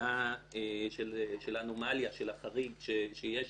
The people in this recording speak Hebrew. המידה של האנומליה, של החריג, שיש